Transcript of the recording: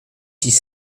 six